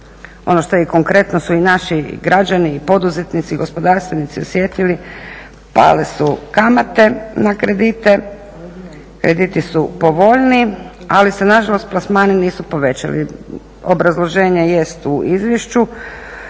Ono što je i konkretno su i naši građani i poduzetnici i gospodarstvenici osjetili, pale su kamate na kredite, krediti su povoljniji, ali se na žalost plasmani nisu povećali. Obrazloženje jest u izvješću